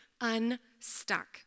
unstuck